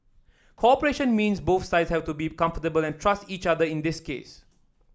cooperation means both sides have to be comfortable and trust each other in this case